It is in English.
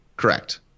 Correct